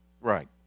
Right